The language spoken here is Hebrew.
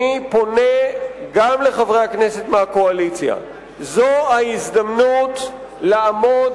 אני פונה גם לחברי הכנסת מהקואליציה: זו ההזדמנות לעמוד